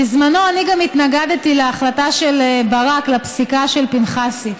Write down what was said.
בזמנו גם התנגדתי להחלטה של ברק לפסיקה של פנחסי,